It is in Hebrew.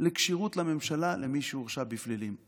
לכשירות לממשלה למי שהורשע בפלילים.